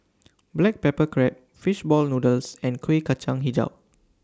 Black Pepper Crab Fish Ball Noodles and Kuih Kacang Hijau